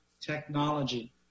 technology